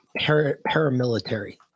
paramilitary